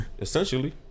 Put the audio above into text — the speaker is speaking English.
essentially